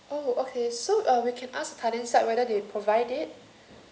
orh okay so uh we can ask thailand side whether they provide it